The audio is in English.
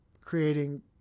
creating